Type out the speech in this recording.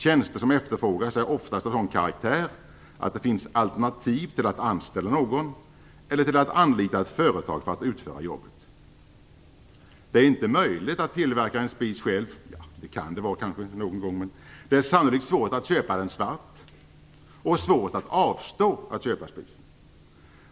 Tjänster som efterfrågas är oftast av sådan karaktär att det finns alternativ till att anställa någon eller till att anlita ett företag för att utföra jobbet. Det är inte möjligt att tillverka en spis själv - det kan kanske vara det någon gång - det är sannolikt svårt att köpa den "svart" och svårt att avstå från att köpa den.